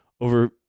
over